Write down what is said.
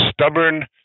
stubborn